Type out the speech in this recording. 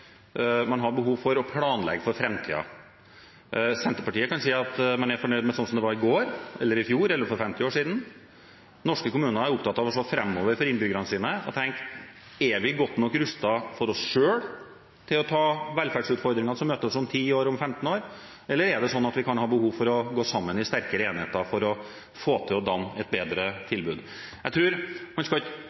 man har behov for å planlegge for framtiden. Senterpartiet kan si at man er fornøyd med sånn som det var i går, eller i fjor, eller for 50 år siden. Norske kommuner er opptatt av å se framover for innbyggerne sine og tenke: Er vi godt nok rustet – for oss selv – til å ta velferdsutfordringene som møter oss om ti år, om femten år, eller kan vi ha behov for å gå sammen i sterkere enheter for å danne et bedre tilbud? Jeg tror man undervurderer når man sier at det skal